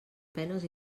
penes